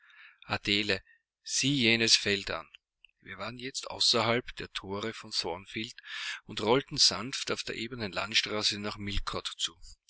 adele sieh jenes feld an wir waren jetzt außerhalb der thore von thornfield und rollen sanft auf der ebenen landstraße nach millcote zu